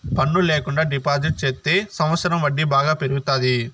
పన్ను ల్యాకుండా డిపాజిట్ చెత్తే సంవచ్చరం వడ్డీ బాగా పెరుగుతాది